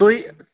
تُہۍ